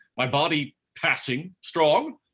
my body passing strong,